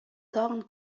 тагын